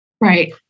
right